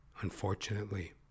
Unfortunately